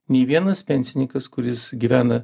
nei vienas pensininkas kuris gyvena